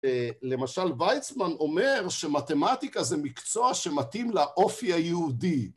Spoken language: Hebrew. למשל ויצמן אומר שמתמטיקה זה מקצוע שמתאים לאופי היהודי.